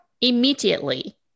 immediately